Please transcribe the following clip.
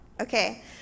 okay